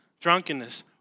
drunkenness